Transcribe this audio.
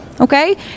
okay